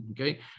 okay